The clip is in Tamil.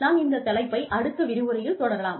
நாம் இந்த தலைப்பை அடுத்த விரிவுரையில் தொடரலாம்